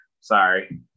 sorry